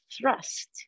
thrust